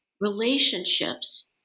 relationships